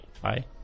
Bye